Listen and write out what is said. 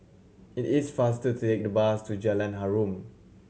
it is faster to take the bus to Jalan Harum